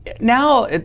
now